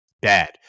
bad